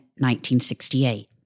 1968